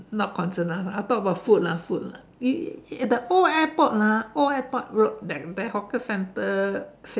not concerned lah I talk about food lah food lah i~ i~ the old airport lah the old airport road that that hawker center